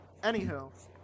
anywho